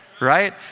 right